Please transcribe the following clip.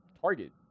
Target